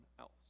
else